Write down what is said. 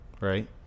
right